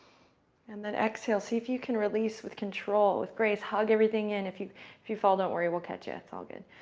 and then, exhale see if you can release with control, with grace. hug everything in. if you if you fall, don't worry, we'll catch you. it's all good,